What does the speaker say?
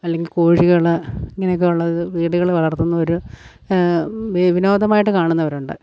അല്ലെങ്കിൽ കോഴികൾ ഇങ്ങനെയൊക്കെ ഉള്ളത് വീടുകളിൽ വളർത്തുന്നവർ വിനോദമായിട്ട് കാണുന്നവരുണ്ട്